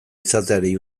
izateari